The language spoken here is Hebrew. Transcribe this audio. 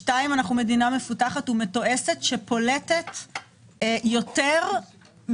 אנחנו מדינה מתועשת שפולטת 60% יותר